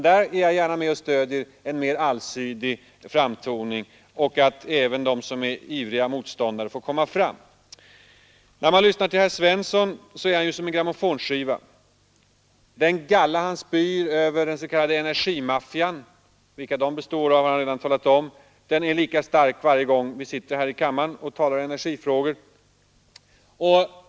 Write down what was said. Där är jag gärna med och stöder att det blir en mer allsidig framtoning och att även de som är ivriga motståndare får komma fram. När man lyssnar till herr Svensson är det som att lyssna till en grammofonskiva. Den galla han spyr över den s.k. energimaffian — vilka den består av har han redan talat om — är lika stark varje gång vi här i kammaren talar om energifrågor.